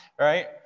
right